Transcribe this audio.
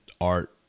art